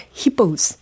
hippos